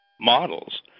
models